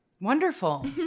Wonderful